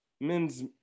men's